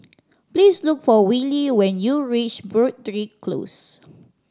please look for Willy when you reach Broadrick Close